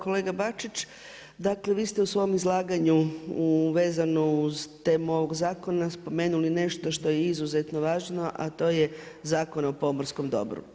Kolega Bačić, dakle, vi ste u svom izlaganju vezano uz temu ovog zakona, spomenuli nešto što je izuzetno važno, a to je Zakon o pomorskom dobru.